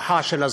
וכוחה של הזכות.